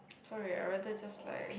sorry I rather just like